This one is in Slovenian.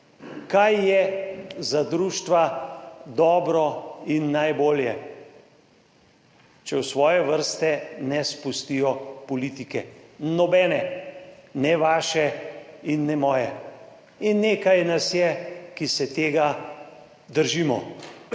Kaj je za društva dobro in najbolje? Če v svoje vrste ne spustijo politike, nobene, ne vaše in ne moje? In nekaj nas je, ki se tega držimo.